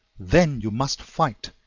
then you must fight,